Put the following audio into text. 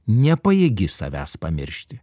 nepajėgi savęs pamiršti